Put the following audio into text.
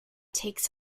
takes